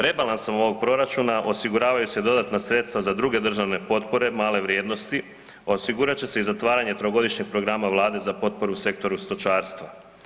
Rebalansom ovoga proračuna osiguravaju se dodatna sredstva za druge države potpore male vrijednosti, osigurat će se i zatvaranje trogodišnjeg programa Vlade za potporu sektoru stočarstva.